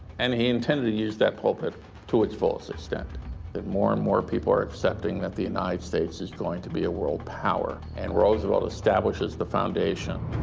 and he intended to use that pulpit to its fullest extent. and more and more people are accepting that the united states is going to be a world power. and roosevelt establishes the foundation.